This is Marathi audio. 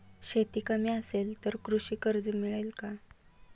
शेती कमी असेल तर कृषी कर्ज मिळेल का?